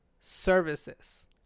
services